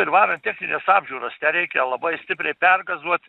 ir varant technines apžiūras te reikia labai stipriai pergazuot